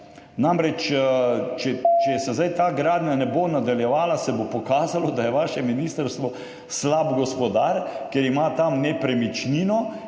Namreč, če se zdaj ta gradnja ne bo nadaljevala, se bo pokazalo, da je vaše ministrstvo slab gospodar, ker ima tam nepremičnino,